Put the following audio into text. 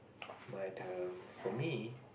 but err for me